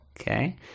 Okay